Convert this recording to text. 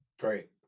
Great